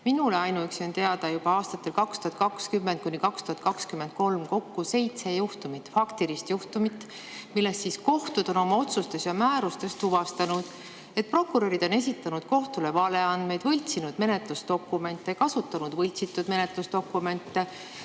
Minule on ainuüksi aastatest 2020–2023 teada kokku juba seitse juhtumit, faktilist juhtumit, milles kohtud on oma otsustes ja määrustes tuvastanud, et prokurörid on esitanud kohtule valeandmeid, võltsinud menetlusdokumente, kasutanud võltsitud menetlusdokumente,